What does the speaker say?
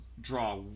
draw